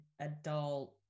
adult